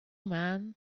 man